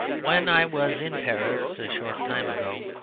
when i was in paris a short time ago,